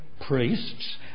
priests